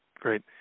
great